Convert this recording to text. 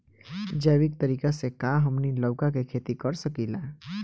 जैविक तरीका से का हमनी लउका के खेती कर सकीला?